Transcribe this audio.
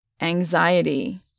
anxiety